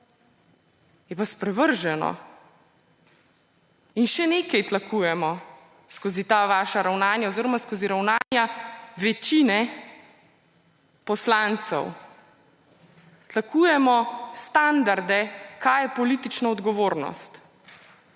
je pa sprevrženo. In še nekaj: tlakujemo skozi ta vaša ravnanja oziroma skozi ravnanja večine poslancev tlakujemo standarde, kaj je politična odgovornost.